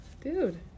Dude